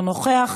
אינו נוכח,